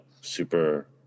super